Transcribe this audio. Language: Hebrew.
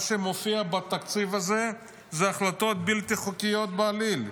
מה שמופיע בתקציב הזה זה החלטות בלתי חוקיות בעליל,